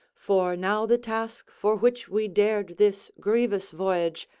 for now the task for which we dared this grievous voyage,